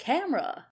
Camera